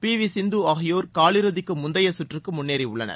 B V Sindhu ஆகியோர் காலிறுதிக்கு முந்தைய சுற்றுக்கு முன்னேறியுள்ளன்